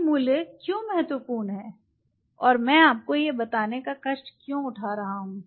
ये मूल्य क्यों महत्वपूर्ण हैं और मैं आपको यह बताने का कष्ट क्यों उठा रहा हूं